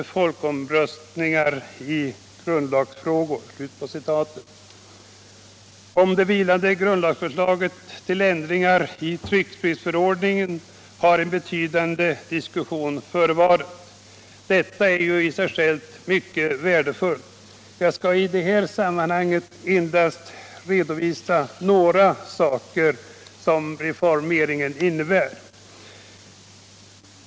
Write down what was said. Om det vilande grundlagsförslaget till ändringar i tryckfrihetsförordningen har en betydande diskussion förevarit. Detta är i och för sig viktigt och värdefullt. Jag skall i detta sammanhang endast redovisa några av de reformer som föreslås.